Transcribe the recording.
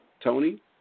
Tony